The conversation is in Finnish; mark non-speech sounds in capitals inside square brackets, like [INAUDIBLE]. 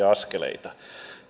[UNINTELLIGIBLE] askeleita